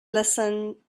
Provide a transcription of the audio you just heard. listen